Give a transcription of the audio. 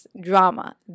drama